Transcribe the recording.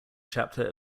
chapter